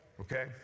okay